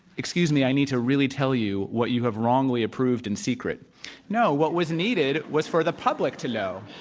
excuse me, i need to really tell you what you have wrongly approved in secret no. what was needed was for the public to know.